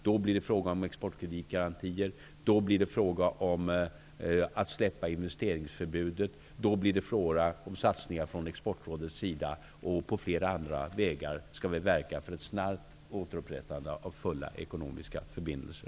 Då blir det fråga om exportkredtigarantier, och investeringsförbudet skall släppas. Det blir fråga om satsningar från Exportrådets sida, och vi skall på flera andra vägar verka för ett snabbt återupprättande av fulla ekonomiska förbindelser.